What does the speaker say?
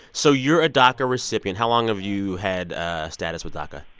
so you're a daca recipient. how long have you had status with daca?